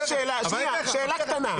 שאלה קטנה.